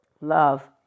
Love